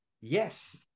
yes